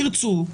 ירצו,